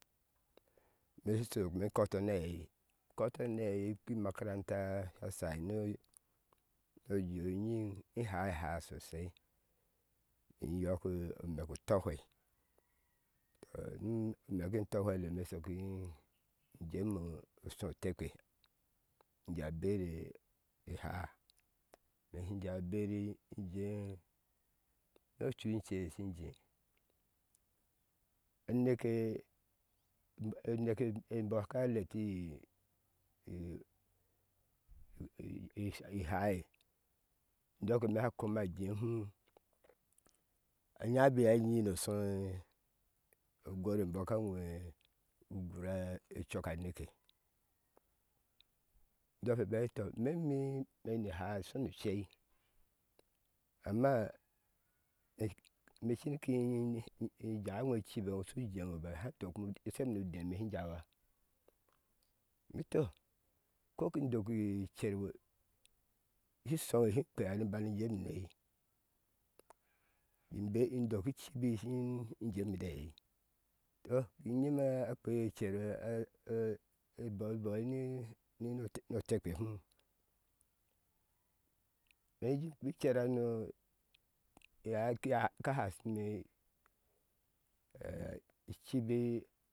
Me ishok kɔtɔ na kɔtɔ na ea kpi makaranta a shai ni ojio nyiŋ in ha ha sosai iyɔk omek utɔfwe ɔ ni omek etɔ fwelle me shok yi injeme sho otekpe jea bere ihá me shi ja beri ni jee no cuice shin jee uneke neke neke bɔoɔ ka leti ii háá ndɔke me sha kui me ajee hum a nybiye a nyi no shoi ogor embɔ ka anwahi ugar a coka aneke ndɔk ke me ati tɔ memi meni hàá shonuceii amma ɛc me shini kin ja iŋo icibi ŋo shu jee ŋoba haŋ dokimi n sheme nu dɛɛ me shin jawa meti to kokin doki cer shi shoŋe shin kpea ni jemi na eai in be in doki cibi shin jemi ude eai tɔ in nyime akpe ecer a eboi boi ninini ni otekpe hum mi ki kpi er hano ai ki ka hashime icibi